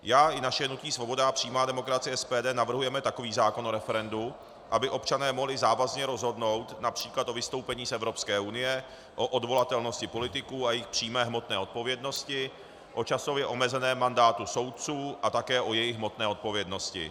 Já i naše hnutí Svoboda a přímá demokracie, SPD, navrhujeme takový zákon o referendu, aby občané mohli závazně rozhodnout například o vystoupení z Evropské unie, o odvolatelnosti politiků a jejich přímé hmotné odpovědnosti, o časově omezeném mandátu soudců a také o jejich hmotné odpovědnosti.